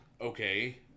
Okay